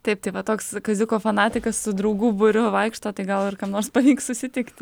taip tai va toks kaziuko fanatikas su draugų būriu vaikšto tai gal ir kam nors pavyks susitikti